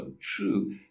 true